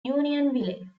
unionville